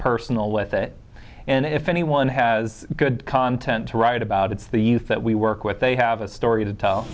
personal with it and if anyone has good content to write about it's the youth that we work with they have a story to tell